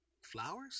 Flowers